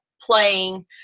playing